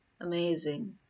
Amazing